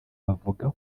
bavuga